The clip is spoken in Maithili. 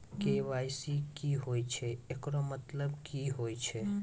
के.वाई.सी की होय छै, एकरो मतलब की होय छै?